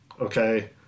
Okay